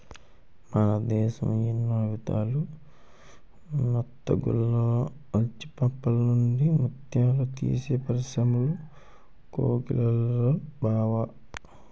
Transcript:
మన దేశం ఎన్నో విధాల నత్తగుల్లలు, ఆల్చిప్పల నుండి ముత్యాలు తీసే పరిశ్రములు కోకొల్లలురా బావా